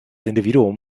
individuum